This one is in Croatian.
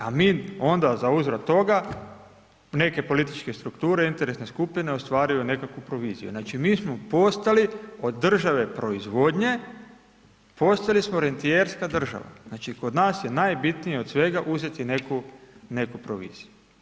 A mi onda zauzvrat toga, neke političke strukture, interesne skupine ostvaruju nekakvu proviziju, znači mi smo postali od države proizvodnje postali smo rentijerska država, znači kod nas je najbitnije od svega uzeti neku proviziju.